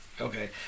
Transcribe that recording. Okay